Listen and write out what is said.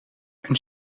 een